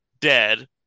dead